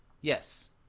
Yes